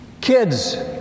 kids